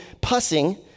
pussing